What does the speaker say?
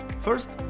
first